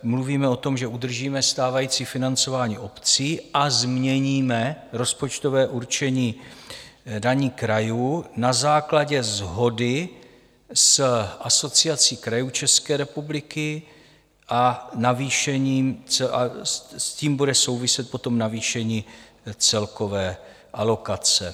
Mluvíme o tom, že udržíme stávající financování obcí a změníme rozpočtové určení daní krajů na základě shody s Asociací krajů České republiky a s tím bude souviset potom navýšení celkové alokace.